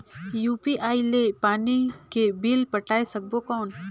UPI ले पानी के बिल पटाय सकबो कौन?